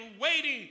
waiting